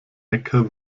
äcker